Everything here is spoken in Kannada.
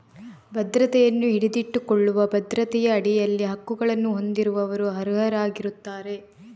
ಭದ್ರತೆಯನ್ನು ಹಿಡಿದಿಟ್ಟುಕೊಳ್ಳುವ ಭದ್ರತೆಯ ಅಡಿಯಲ್ಲಿ ಹಕ್ಕುಗಳನ್ನು ಹೊಂದಿರುವವರು ಅರ್ಹರಾಗಿರುತ್ತಾರೆ